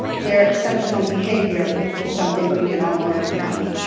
their exceptional behavior is something we can all learn from.